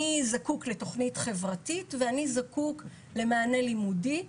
אני זקוק לתוכנית חברתית ואני זקוק למענה לימודי.